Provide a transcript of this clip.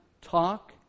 talk